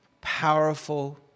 powerful